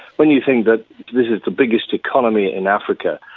when you think that this is the biggest economy in africa,